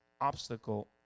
obstacle